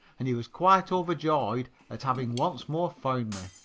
and he was quite overjoyed at having once more found me.